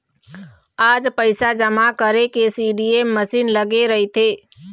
आज पइसा जमा करे के सीडीएम मसीन लगे रहिथे